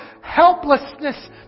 helplessness